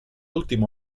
últim